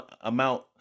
amount